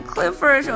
Clifford